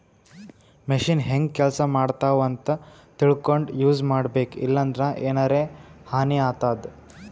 machine ಹೆಂಗ್ ಕೆಲಸ ಮಾಡ್ತಾವ್ ಅಂತ್ ತಿಳ್ಕೊಂಡ್ ಯೂಸ್ ಮಾಡ್ಬೇಕ್ ಇಲ್ಲಂದ್ರ ಎನರೆ ಹಾನಿ ಆತದ್